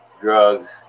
drugs